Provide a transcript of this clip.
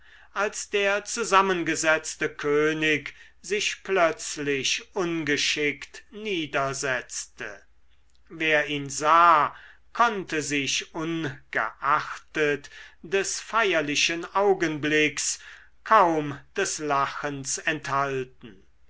als der zusammengesetzte könig sich plötzlich ungeschickt niedersetzte wer ihn sah konnte sich ungeachtet des feierlichen augenblicks kaum des lachens enthalten